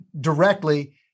directly